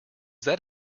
that